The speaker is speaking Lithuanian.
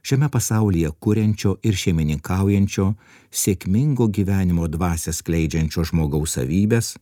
šiame pasaulyje kuriančio ir šeimininkaujančio sėkmingo gyvenimo dvasią skleidžiančio žmogaus savybes